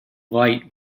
light